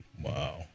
Wow